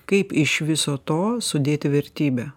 kaip iš viso to sudėti vertybę